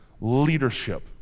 leadership